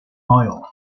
oil